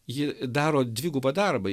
ji daro dvigubą darbą